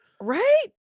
Right